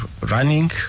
running